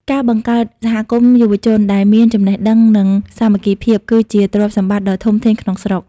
ការបង្កើត "សហគមន៍យុវជន" ដែលមានចំណេះដឹង និងសាមគ្គីភាព គឺជាទ្រព្យសម្បត្តិដ៏ធំធេងក្នុងស្រុក។